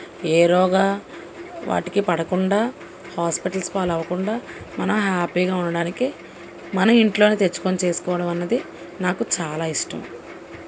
ఏ రోగం వాటికి పడకుండా హాస్పిటల్స్ పాలు అవ్వకుండా మనం హ్యాపీగా ఉండడానికి మన ఇంట్లోనే తెచ్చుకొని చేసుకోవడం అన్నది నాకు చాలా ఇష్టం